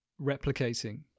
replicating